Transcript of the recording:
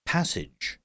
Passage